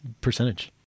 percentage